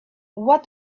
what